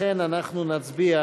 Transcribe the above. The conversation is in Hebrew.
לכן אנחנו נצביע